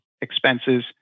expenses